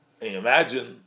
imagine